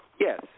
Yes